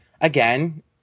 again